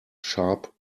sharp